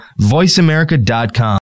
voiceamerica.com